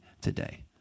today